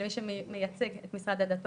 למי שמייצג את משרד הדתות.